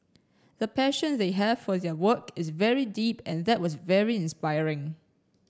the passion they have for their work is very deep and that was very inspiring